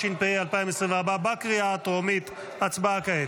התשפ"ה 2024. הצבעה כעת.